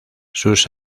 sus